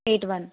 eight one